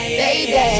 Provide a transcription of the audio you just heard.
baby